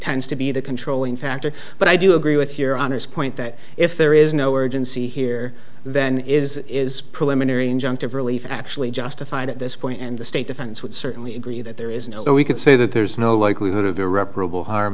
tends to be the controlling factor but i do agree with your honor's point that if there is no urgency here then is is preliminary injunctive relief actually justified at this point and the state defense would certainly agree that there is no we could say that there's no likelihood of irreparable harm